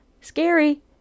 scary